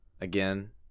again